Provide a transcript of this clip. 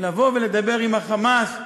לבוא ולדבר עם ה"חמאס"